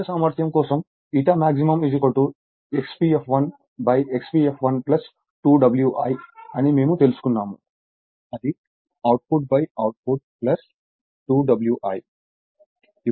గరిష్ట సామర్థ్యం కోసం max Xpf1 Xpf1 2 Wi అని మేము తెలుసుకున్నాము అది అవుట్పుట్ అవుట్పుట్ 2 W i